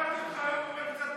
שמעתי אותך היום, בושה וחרפה.